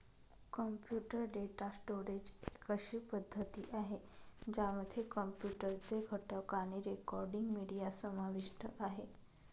computer data storage एक अशी पद्धती आहे, ज्यामध्ये कॉम्प्युटर चे घटक आणि रेकॉर्डिंग, मीडिया समाविष्ट आहे